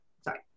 sorry